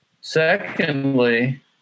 Secondly